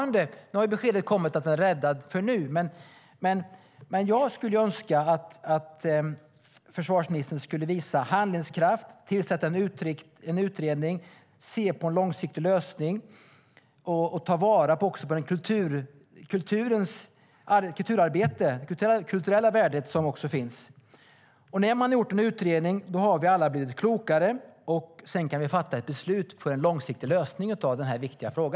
Nu har beskedet kommit att musikkåren är räddad i nuläget, men jag skulle önska att försvarsministern visade handlingskraft, tillsatte en utredning, tittade på en långsiktig lösning och tog vara på det kulturella värde som finns. När man har gjort en utredning har vi alla blivit klokare. Sedan kan vi fatta ett beslut och få en långsiktig lösning på denna viktiga fråga.